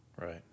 Right